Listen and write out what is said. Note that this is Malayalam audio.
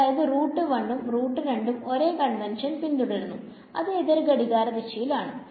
അതായത്ഉം ഉം ഒരേ കൺവെൻഷൻ പിന്തുടരുന്നു അത് എതിർ ഘടികാര ദിശയിൽ ആണ്